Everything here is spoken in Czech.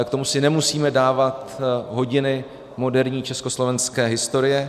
K tomu si nemusíme dávat hodiny moderní československé historie.